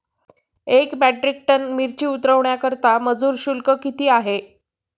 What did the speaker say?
एक metric tonne मिरची उतरवण्याकरता मजुर शुल्क किती आहे?